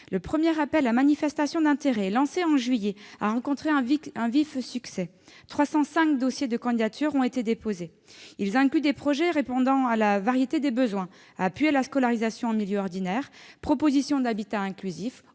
Le premier appel à manifestation d'intérêt, lancé en juillet dernier, a rencontré un vif succès : 305 dossiers de candidature ont été déposés. Ces derniers incluent des projets répondant à la variété des besoins : appui à la scolarisation en milieu ordinaire, propositions d'habitat inclusif